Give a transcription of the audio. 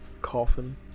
coffin